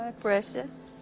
ah precious.